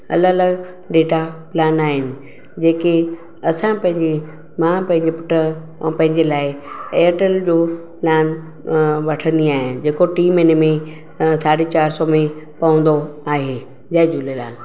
अलॻि अलॻि data plan आहिनि जेके असां पंहिंजे मां पंहिंजे पुटु ऐं पंहिंजे लाइ ऐरटेल जो प्लान वठंदी आहियां जेको टीं महीने में साढे चार सौ में पवंदो आहे जय झूलेलाल